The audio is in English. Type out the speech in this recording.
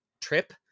trip